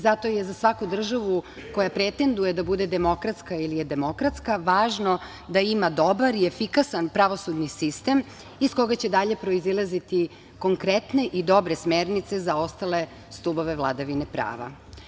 Zato je za svaku državu koja pretenduje da bude demokratska ili je demokratska važno da ima dobar i efikasan pravosudni sistem iz koga će dalje proizilaziti konkretne i dobre smernice za ostale stubove vladavine prava.